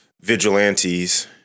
vigilantes